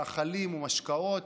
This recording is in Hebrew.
הביאו מאכלים ומשקאות,